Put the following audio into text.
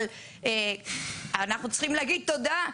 אבל אנחנו צריכים להגיד תודה,